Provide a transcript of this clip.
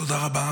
תודה רבה.